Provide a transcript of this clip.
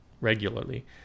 regularly